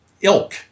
ilk